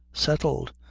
settled!